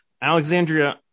Alexandria